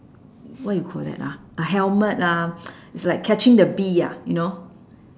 what you call that ah a helmet ah it's like catching the bee ah you know